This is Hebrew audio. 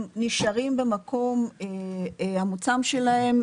הם נשארים במקום המוצא שלהם.